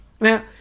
Now